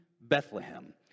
Bethlehem